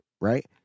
right